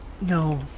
No